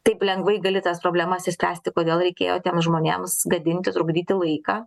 taip lengvai gali tas problemas išspręsti kodėl reikėjo tiem žmonėms gadinti trukdyti laiką